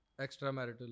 extramarital